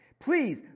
Please